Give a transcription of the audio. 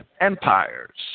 empires